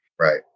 Right